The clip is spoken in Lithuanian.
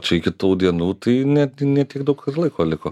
čia kitų dienų tai net ne tiek daug ir laiko liko